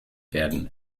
werden